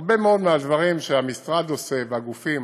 הרבה מאוד מהדברים שהמשרד עושה והגופים